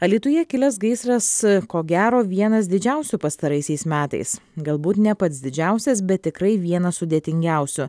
alytuje kilęs gaisras ko gero vienas didžiausių pastaraisiais metais galbūt ne pats didžiausias bet tikrai vienas sudėtingiausių